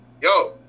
yo